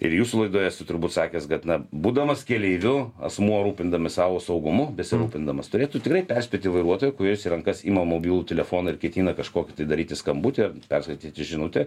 ir jūsų laidoj esu turbūt sakęs kad na būdamas keleiviu asmuo rūpindamas savo saugumu besirūpindamas turėtų tikrai perspėti vairuotoją kuris į rankas ima mobilų telefoną ir ketina kažkokį tai daryti skambutį ar perskaityti žinutę